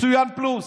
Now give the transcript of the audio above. מצוין פלוס.